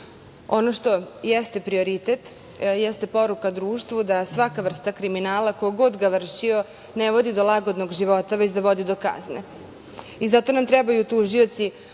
što jeste prioritet jeste poruka društvu da svaka vrsta kriminala, ko god ga vršio, ne vodi do lagodnog života, već vodi do kazne i zato nam trebaju tužioci